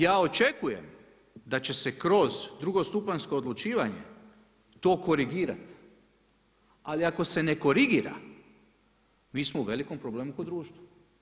Ja očekujem da će se kroz drugostupanjsko odlučivanje to korigirat, ali ako se ne korigira mi smo u velimo problemu kod društva.